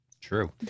true